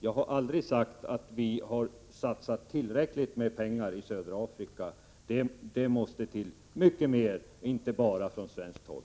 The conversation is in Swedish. Jag har aldrig sagt att vi har satsat tillräckligt med pengar i södra Afrika. Det måste till mycket mer, inte bara från svenskt håll.